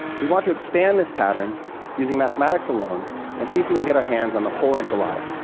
we want to expand this pattern using mathematics alone and see if we can get our hands on the whole enchilada.